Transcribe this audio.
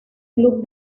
club